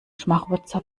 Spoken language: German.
schmarotzer